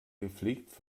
gepflegt